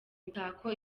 imitako